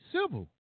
Civil